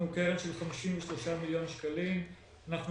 אנחנו קרן של 53 מיליון שקלים, אנחנו